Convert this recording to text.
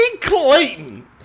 Clayton